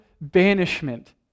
banishment